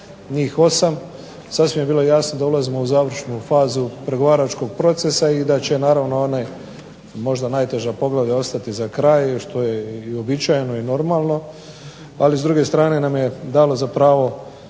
njih 8, sasvim je bilo jasno da ulazimo u završnu fazu pregovaračkog procesa, i da će možda najteža poglavlja ostati za kraj, što je uobičajeno i normalno ali s druge strane nam je dalo za pravo